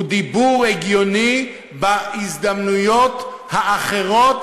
הוא דיבור הגיוני בהזדמנויות האחרות